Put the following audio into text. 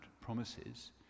promises